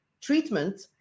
treatment